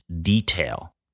detail